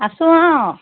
আছোঁ অঁ